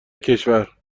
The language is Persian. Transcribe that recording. کشور